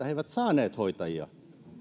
he eivät saaneet hoitajia